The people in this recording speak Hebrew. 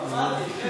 דרמטית.